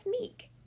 meek